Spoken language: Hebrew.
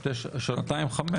שנתיים חמש.